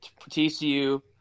TCU